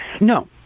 No